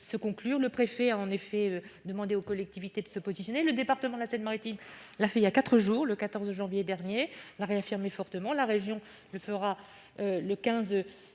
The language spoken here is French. se conclure, le préfet a en effet demandé aux collectivités de se positionner le département, la Seine-Maritime, la fait il y a 4 jours, le 14 janvier dernier la réaffirmé fortement la région, il fera le 15 février